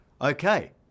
Okay